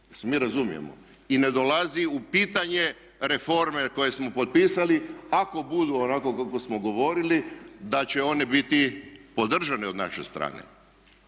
mi razumijemo. I ne dolazi u pitanje reforme koje smo potpisali ako budu onako kako smo govorili da će one biti podržane od naše strane.